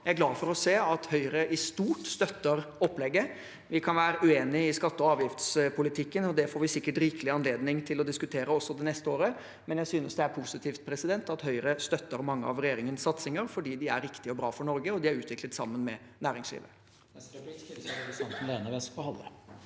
Jeg er glad for å se at Høyre i stort støtter opplegget. Vi kan være uenige i skatte- og avgiftspolitikken, og det får vi sikkert rikelig anledning til å diskutere også det neste året. Men jeg synes det er positivt at Høyre støtter mange av regjeringens satsinger, fordi de er riktige og bra for Norge, og de er utviklet sammen med næringslivet.